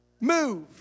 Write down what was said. move